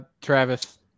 Travis